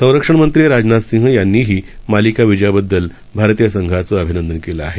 संरक्षणमंत्रीराजनाथसिंहयांनीहीमालिकाविजयाबद्दलभारतीयसंघाचंअभिनंदनकेलंआहे